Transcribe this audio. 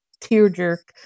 tear-jerk